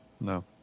No